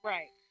Right